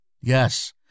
Yes